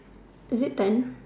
is it ten